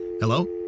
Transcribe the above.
Hello